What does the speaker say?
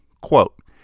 quote